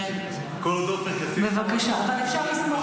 כל עוד עופר כסיף פה --- אבל אפשר לסמוך